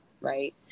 right